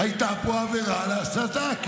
הייתה פה עבירת הסתה.